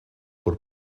per